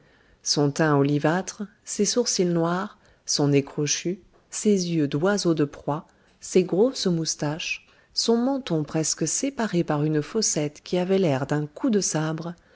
son teint olivâtre ses sourcils noirs son nez crochu ses yeux d'oiseau de proie ses grosses moustaches son menton presque séparé par une fossette qui avait l'air d'un coup de sabre